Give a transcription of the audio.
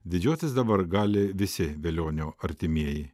didžiuotis dabar gali visi velionio artimieji